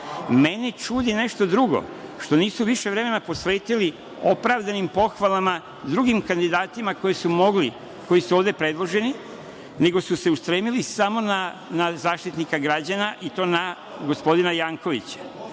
čudi nešto drugo, što nisu više vremena posvetili opravdanim pohvalama drugim kandidatima koji su mogli, koji su ovde predloženi, nego su se ustremili samo na Zaštitnika građana, i to na gospodina Jankovića.